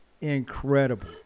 incredible